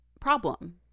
problem